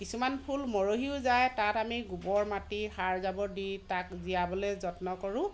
কিছুমান ফুল মৰহিও যায় তাত আমি গোৱৰ মাটি সাৰ জাৱৰ দি তাক জীয়াবলৈ যত্ন কৰোঁ